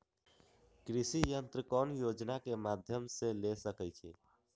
कृषि यंत्र कौन योजना के माध्यम से ले सकैछिए?